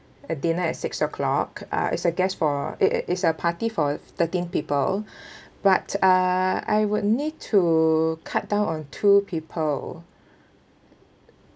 a dinner at six O clock uh it's a guest for it~ it is a party for thirteen people but uh I would need to cut down on two people ya